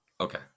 Okay